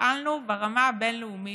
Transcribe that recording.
פעלנו ברמה הבין-לאומית,